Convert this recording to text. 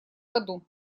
году